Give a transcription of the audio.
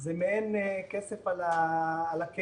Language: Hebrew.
זה מעין כסף על הקרח.